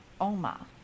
Oma